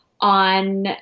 on